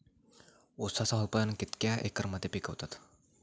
ऊसाचा उत्पादन कितक्या एकर मध्ये पिकवतत?